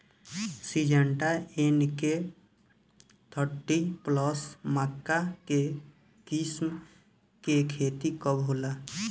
Syngenta NK thirty plus मक्का के किस्म के खेती कब होला?